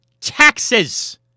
taxes